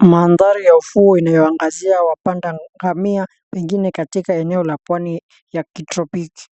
Mandhari ya ufuo inayoangazia wapanda ngamia pengine katika eneo la pwani ya Kitropiki.